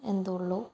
എന്തുള്ളൂ